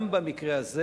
גם במקרה הזה